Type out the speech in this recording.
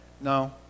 No